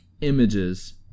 images